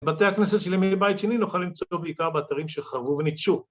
בתי הכנסת של בית שני נוכל למצוא בעיקר באתרים שחרבו וניטשו